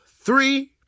three